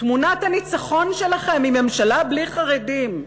תמונת הניצחון שלכם היא ממשלה בלי חרדים.